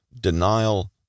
denial